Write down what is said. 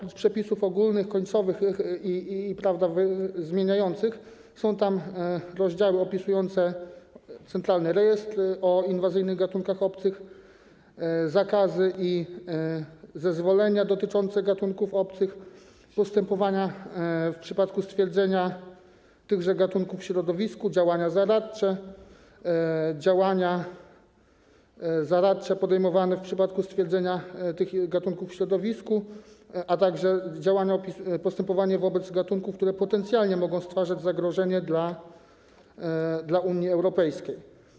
Oprócz przepisów ogólnych, końcowych i zmieniających są tam rozdziały opisujące Centralny Rejestr Danych o inwazyjnych gatunkach obcych, zakazy i zezwolenia dotyczące gatunków obcych, postępowania w przypadku stwierdzenia tychże gatunków w środowisku, działania zaradcze, działania zaradcze podejmowane w przypadku stwierdzenia tych gatunków w środowisku, a także postępowanie wobec gatunków, które potencjalnie mogą stwarzać zagrożenie dla Unii Europejskiej.